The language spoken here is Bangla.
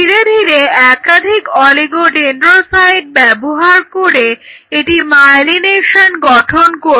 ধীরে ধীরে একাধিক অলিগোডেন্ড্রোসাইট ব্যবহার করে এটি মায়েলিনেশন গঠন করবে